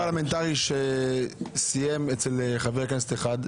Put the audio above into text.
יועץ פרלמנטרי שסיים אצל חבר הכנסת אחד,